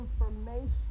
information